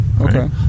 Okay